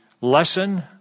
lesson